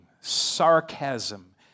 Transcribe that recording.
sarcasm